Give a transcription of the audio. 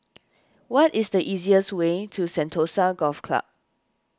what is the easiest way to Sentosa Golf Club